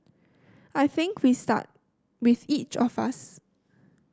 I think we start with each of us